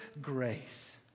grace